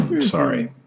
sorry